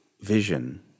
vision